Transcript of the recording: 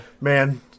Man